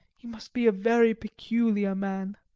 he must be a very peculiar man!